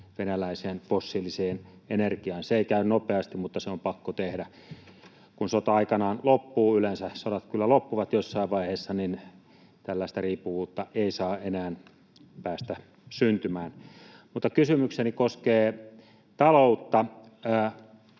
venäläiseen fossiiliseen energiaan. Se ei käy nopeasti, mutta se on pakko tehdä. Kun sota aikanaan loppuu — yleensä sodat kyllä loppuvat jossain vaiheessa — tällaista riippuvuutta ei saa enää päästä syntymään. Mutta kysymykseni koskee taloutta: